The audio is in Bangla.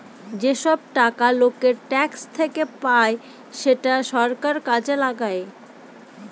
যেসব টাকা লোকের ট্যাক্স থেকে পায় সেটা সরকার কাজে লাগায়